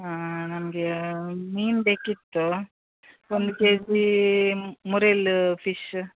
ಹಾಂ ನಮಗೆ ಮೀನು ಬೇಕಿತ್ತು ಒಂದು ಕೆ ಜೀ ಮುರ್ರೆಲ್ ಫಿಶ್